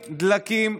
דלקים,